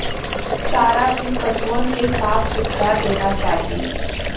चारा भी पसुअन के साफ सुथरा देना चाही